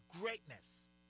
greatness